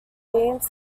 themes